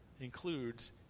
includes